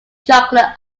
chocolate